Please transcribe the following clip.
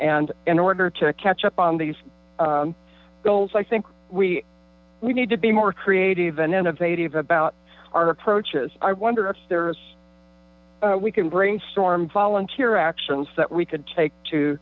and in order to catch up on these goals i think we we need to be more creative and innovative about our approaches i wonder if there's we can brainstorm volunteer actions that we could take t